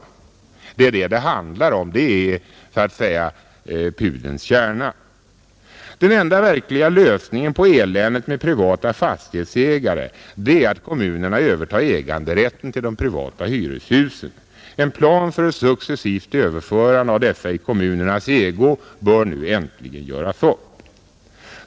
Det är detta det handlar om. Det är så att säga pudelns kärna. Den enda verkliga lösningen på eländet med privata fastighetsägare är att kommunerna övertar äganderätten till de privata hyreshusen. En plan för ett successivt överförande av dessa i kommunernas ägo bör nu äntligen göras upp.